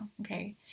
okay